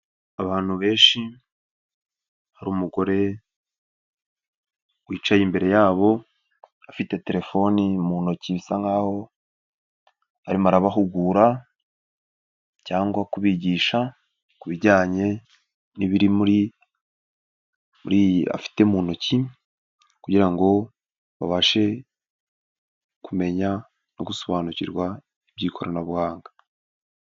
Abantu benshi hari umugore wicaye imbere yabo afite telefoni mu ntoki bisa nkaho arimo arabahugura cyangwa kubigisha ku bijyanye n'ibiri muri iyi afite mu ntoki kugira ngo babashe kumenya no gusobanukirwa iby'ikoranabuhanga.